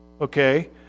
okay